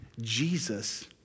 Jesus